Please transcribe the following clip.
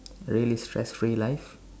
really stress free life